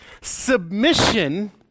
Submission